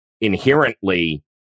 inherently